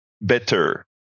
better